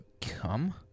come